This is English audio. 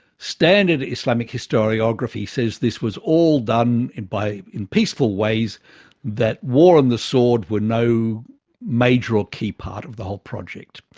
standard islamic historiography says this was all done by, in peaceful ways that war and the sword were no major or key part of the whole project.